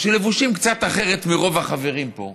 שלבושים קצת אחרת מרוב החברים פה,